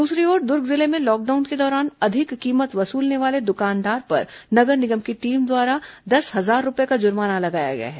दूसरी ओर दुर्ग जिले में लॉकडाउन के दौरान अधिक कीमत वसूलने वाले दुकानदार पर नगर निगम की टीम द्वारा दस हजार रूपये का जुर्माना लगाया गया है